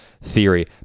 theory